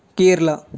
Kerala